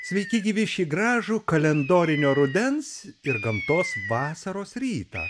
sveiki gyvi šį gražų kalendorinio rudens ir gamtos vasaros rytą